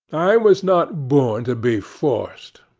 i was not born to be forced.